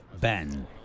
Ben